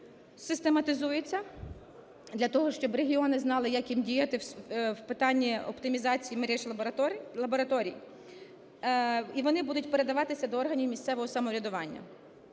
систематизується, для того щоб регіони знали, як їм діяти в питанні оптимізації мереж і лабораторій, і вони будуть передаватися до органів місцевого самоврядування.